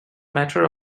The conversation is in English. matter